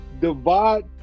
Divide